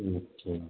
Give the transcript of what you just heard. अच्छा